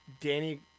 Danny